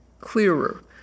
clearer